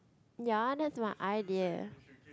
ya that's my idea